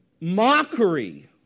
mockery